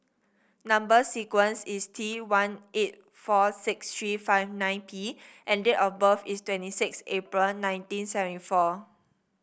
number sequence is T one eight four six three five nine P and date of birth is twenty six April nineteen seventy four